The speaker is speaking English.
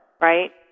right